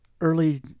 Early